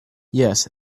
yes